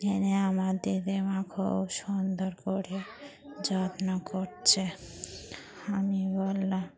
এনে আমার দিদিমা খুব সুন্দর করে যত্ন করছে আমি বললাম